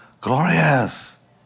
glorious